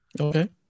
Okay